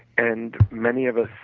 and many of us